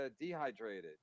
dehydrated